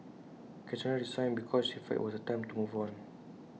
Cassandra resigned because she felt IT was time to move on